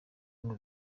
ngo